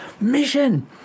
mission